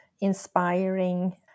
inspiring